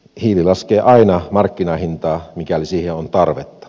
hiili laskee aina markkinahintaa mikäli siihen on tarvetta